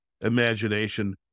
imagination